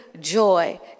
joy